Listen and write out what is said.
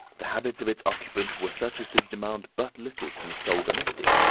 the habits of its occupant were such as to demand but little from the sole domestic,